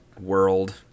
world